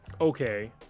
okay